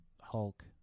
Hulk